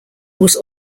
was